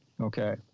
Okay